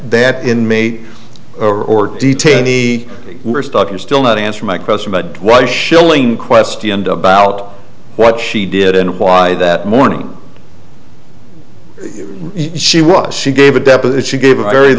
that inmate or detainee were stuck you're still not answer my question about why schilling questioned about what she did and why that morning she was she gave a deposition she gave a very